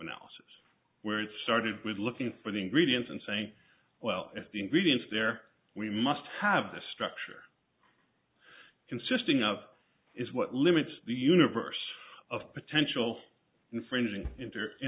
analysis where it started with looking for the ingredients and saying well if the ingredients there we must have the structure consisting of is what limits the universe of potential infringing into you